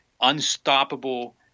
unstoppable